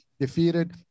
Defeated